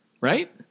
right